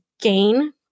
gain